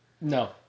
No